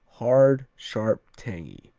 hard sharp tangy.